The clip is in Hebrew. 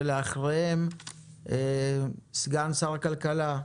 ואחריהם ידבר סגן שר הכלכלה,